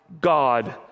God